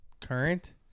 Current